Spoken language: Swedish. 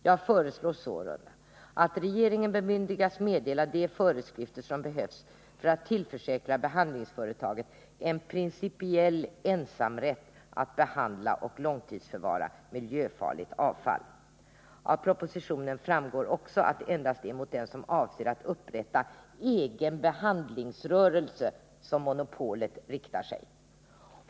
Jag föreslår sålunda att regeringen bemyndigas meddela de föreskrifter som behövs för att tillförsäkra behandlingsföretaget en principiell ensamrätt att behandla och långtidsförvara miljöfarligt avfall.” Av propositionen framgår också att det endast är mot den som avser att 13 upprätta egen behandlingsrörelse som monopolet riktar sig.